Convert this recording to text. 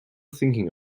thinking